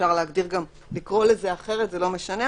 אפשר לקרוא לזה אחרת זה לא משנה.